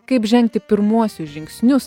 kaip žengti pirmuosius žingsnius